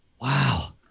wow